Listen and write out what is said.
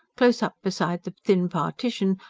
close up beside the thin partition,